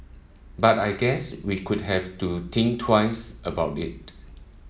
but I guess we could have to think twice about it